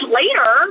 later